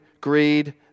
greed